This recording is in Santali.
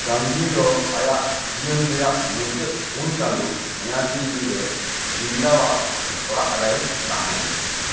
ᱜᱟᱱᱫᱷᱤ ᱫᱚ ᱟᱭᱟᱜ ᱡᱤᱭᱚᱱ ᱨᱮᱭᱟᱜ ᱢᱩᱪᱟ ᱫ ᱯᱩᱱ ᱪᱟᱸᱫᱚ ᱱᱚᱭᱟ ᱫᱤᱞᱞᱤ ᱨᱮ ᱵᱤᱞᱞᱟᱣᱟᱜ ᱚᱲᱟᱜ ᱨᱮᱭ ᱛᱟᱦᱮᱸ